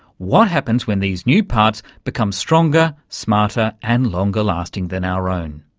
what happens when these new parts become stronger, smarter and longer-lasting than our own?